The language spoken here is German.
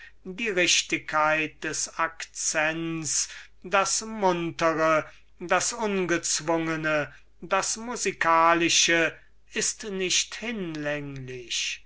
die richtigkeit des akzents das muntre das ungezwungene das musikalische ist nicht hinlänglich